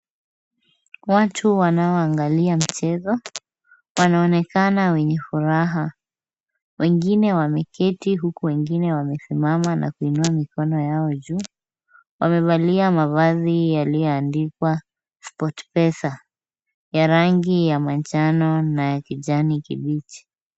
Watu wanaongalia mchezo, wanaonekana wenye furaha. Wengine wameketi huku wengine wamesimama na kuinua mikono yao juu. Wamevalia mavazi yaliyoandikwa, Sportpesa ya rangi ya manjano na ya kijani kibichi.